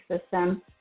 system